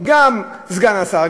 גם סגן השר,